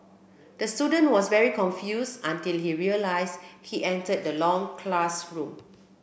the student was very confuse until he realise he entered the long classroom